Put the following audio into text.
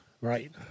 Right